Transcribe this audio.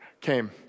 came